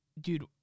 Dude